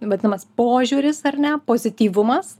vadinamas požiūris ar ne pozityvumas